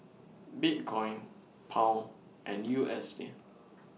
Bitcoin Pound and U S D